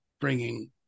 bringing